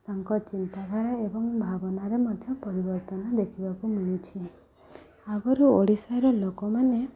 ତାଙ୍କ ଚିନ୍ତାଧାରା ଏବଂ ଭାବନାରେ ମଧ୍ୟ ପରିବର୍ତ୍ତନ ଦେଖିବାକୁ ମିଳିଛି ଆଗରୁ ଓଡ଼ିଶାର ଲୋକମାନେ